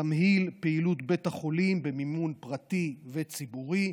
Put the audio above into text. תמהיל, פעילות בית החולים במימון פרטי וציבורי,